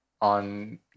on